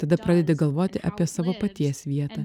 tada pradedi galvoti apie savo paties vietą